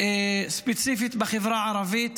ספציפית בחברה הערבית.